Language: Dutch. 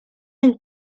een